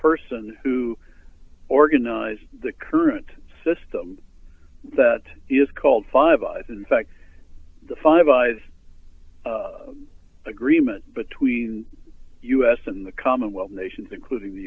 person who organized the current system that is called five eyes in fact the five eyes agreement between us in the commonwealth nations including the